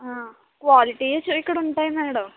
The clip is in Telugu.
క్వాలిటీస్వి ఏ ఇక్కడ ఉంటాయి మేడం